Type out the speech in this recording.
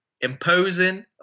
imposing